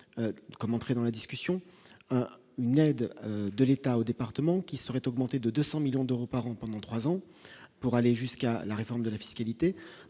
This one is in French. comme entrer dans la discussion, une aide de l'État au département qui serait augmenté de 200 millions d'euros par an pendant 3 ans pour aller jusqu'à la réforme de la fiscalité